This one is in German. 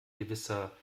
gewisser